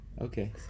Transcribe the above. okay